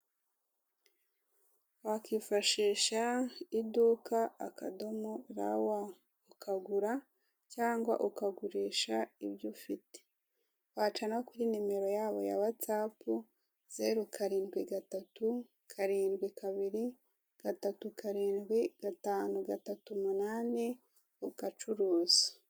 Wakwifashisha iduka akadomo rawa, ukagura cyangwa ukagurisha ibyo ufite. Waca no kuri nimero yabo ya watsapu, zeru karindwi gatatu, karindwi kabiri, gatatu karindwi, gatanu gatatu umunani ugacuruza.